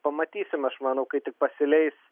pamatysim aš manau kai tik pasileis